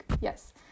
Yes